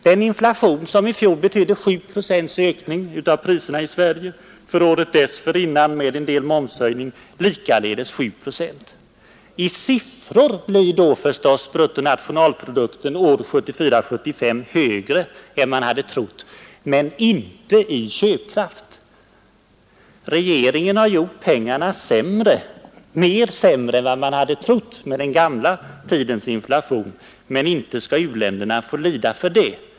Den inflationen betydde i fjol 7 procents ökning av priserna i Sverige och året dessförinnan med en del momshöjning, likaledes 7 procent. I siffror blir då förstås bruttonationalprodukten år 1974/75 högre än man hade trott, men inte i köpkraft. Regeringen har gjort pengarna ännu sämre än man 1968 hade haft anledning räkna med på grundval av inflationen tidigare, men inte skall u-länderna få lida för det.